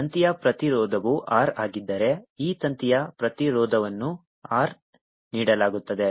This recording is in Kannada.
ತಂತಿಯ ಪ್ರತಿರೋಧವು R ಆಗಿದ್ದರೆ ಈ ತಂತಿಯ ಪ್ರತಿರೋಧವನ್ನು R ನೀಡಲಾಗುತ್ತದೆ